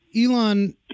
Elon